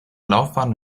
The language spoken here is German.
laufbahn